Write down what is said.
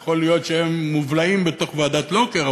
יכול להיות שהם מובלעים בתוך ועדת לוקר,